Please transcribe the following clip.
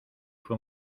fue